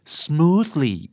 smoothly